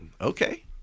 Okay